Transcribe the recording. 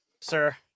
Sir